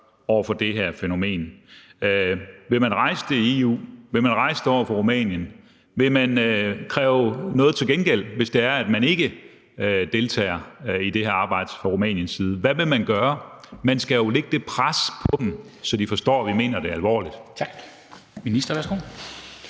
over for det her fænomen? Vil man rejse det i EU? Vil man rejse det over for Rumænien? Vil man kræve noget til gengæld, hvis man ikke deltager i det her arbejde fra Rumæniens side? Hvad vil man gøre? Man skal jo lægge det pres på dem, så de forstår, at vi mener det alvorligt. Kl. 13:49